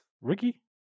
Ricky